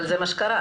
אבל זה מה שקרה.